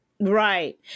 Right